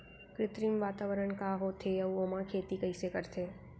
कृत्रिम वातावरण का होथे, अऊ ओमा खेती कइसे करथे?